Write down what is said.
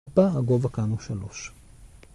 ‫הגובה כאן הוא שלוש.